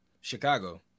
Chicago